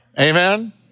Amen